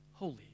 holy